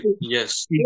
Yes